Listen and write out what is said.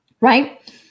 Right